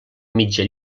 mitja